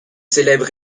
célèbres